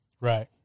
Right